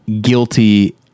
guilty